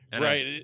right